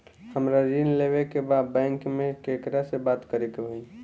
हमरा ऋण लेवे के बा बैंक में केकरा से बात करे के होई?